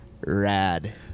rad